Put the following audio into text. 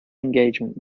engagement